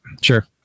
Sure